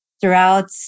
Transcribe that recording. throughout